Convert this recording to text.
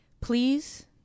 Please